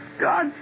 God